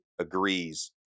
agrees